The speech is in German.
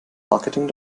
marketing